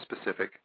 specific